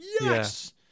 yes